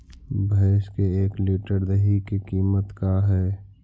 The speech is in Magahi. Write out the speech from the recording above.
भैंस के एक लीटर दही के कीमत का है?